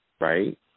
right